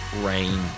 rain